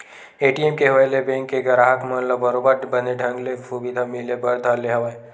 ATM के होय ले बेंक के गराहक मन ल बरोबर बने ढंग ले सुबिधा मिले बर धर ले हवय